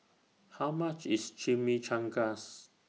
How much IS Chimichangas